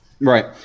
right